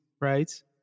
right